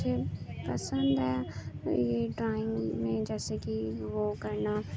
مجھے پسند ہے یہ ڈرائنگ میں جیسے کہ وہ کرنا